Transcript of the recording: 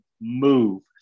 MOVE